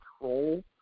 control